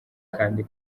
kandi